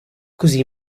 così